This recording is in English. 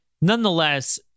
nonetheless